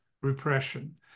repression